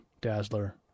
Dazzler